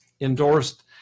endorsed